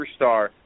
superstar